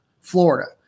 Florida